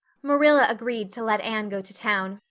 marilla agreed to let anne go to town,